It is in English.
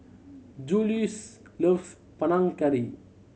Juluis loves Panang Curry